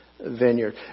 vineyard